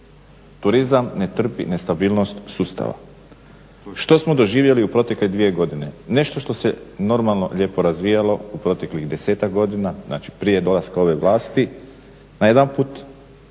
Turizam ne trpi nestabilnost sustava. Što smo doživjeli u protekle dvije godine, nešto što se normalno lijepo razvijalo u proteklih 10-tak godina, znači prije dolaska ove vlasti, najedanput